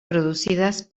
producidas